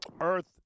Earth